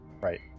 right